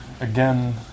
again